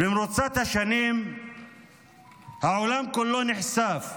במרוצת השנים העולם כולו נחשף,